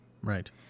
Right